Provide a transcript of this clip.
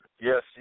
Yes